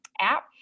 app